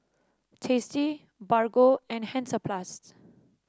Tasty Bargo and Hansaplast